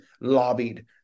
lobbied